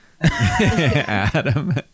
Adam